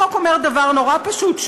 החוק אומר דבר נורא פשוט,